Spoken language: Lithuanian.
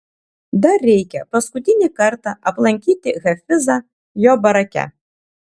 dar reikia paskutinį kartą aplankyti hafizą jo barake